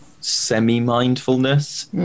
semi-mindfulness